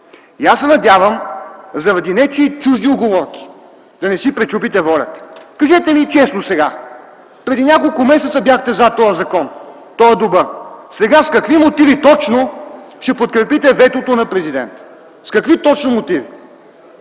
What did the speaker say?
Аз се надявам заради нечий чужди уговорки да не си пречупите волята. Кажете честно сега: преди няколко месеца бяхте за този закон, той е добър, а сега с какви мотиви точно ще подкрепите ветото на президента? С какви точно мотиви?